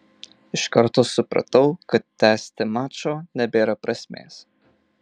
iš karto supratau kad tęsti mačo nebėra prasmės